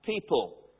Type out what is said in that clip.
people